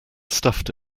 stuffed